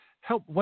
help